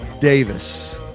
Davis